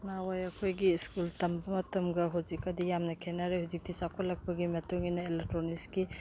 ꯅꯍꯥꯟꯋꯥꯏ ꯑꯩꯈꯣꯏꯒꯤ ꯁ꯭ꯀꯨꯜ ꯇꯝꯕ ꯃꯇꯝꯒ ꯍꯧꯖꯤꯛꯀꯗꯤ ꯌꯥꯝꯅ ꯈꯦꯠꯅꯔꯦ ꯍꯧꯖꯤꯛꯇꯤ ꯆꯥꯎꯈꯠꯂꯛꯄꯒꯤ ꯃꯇꯨꯡ ꯏꯟꯅ ꯑꯦꯂꯦꯛꯇ꯭ꯔꯣꯅꯤꯛꯁꯀꯤ